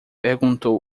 perguntou